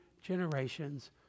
generations